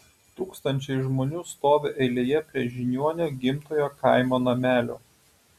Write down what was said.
tūkstančiai žmonių stovi eilėje prie žiniuonio gimtojo kaimo namelio